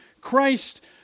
Christ